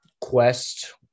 quest